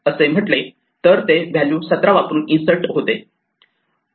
insert असे म्हटले तर ते व्हॅल्यू 17 वापरून इन्सर्ट होते